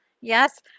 Yes